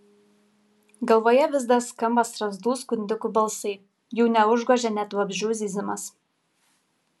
galvoje vis dar skamba strazdų skundikų balsai jų neužgožia net vabzdžių zyzimas